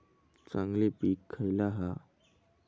चांगली पीक खयला हा?